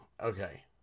okay